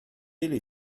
ele